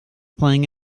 playing